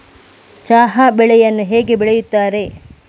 ಚಹಾ ಬೆಳೆಯನ್ನು ಹೇಗೆ ಬೆಳೆಯುತ್ತಾರೆ?